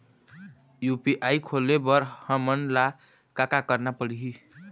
UPI खोले बर हमन ला का का करना पड़ही?